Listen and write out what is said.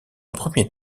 premier